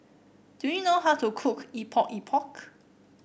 do you know how to cook Epok Epok